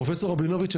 פרופ' רבינוביץ',